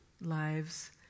lives